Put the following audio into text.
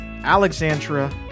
Alexandra